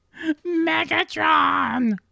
Megatron